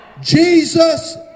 Jesus